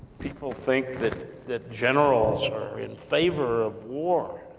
people think that that generals are in favor of war.